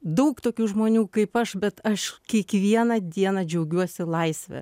daug tokių žmonių kaip aš bet aš kiekvieną dieną džiaugiuosi laisve